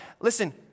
listen